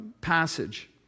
passage